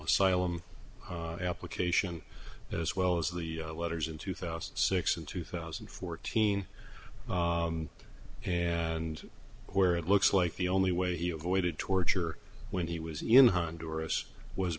asylum application as well as the letters in two thousand and six and two thousand and fourteen and where it looks like the only way he avoided torture when he was in honduras was